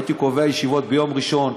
הייתי קובע ישיבות ביום ראשון,